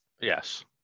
yes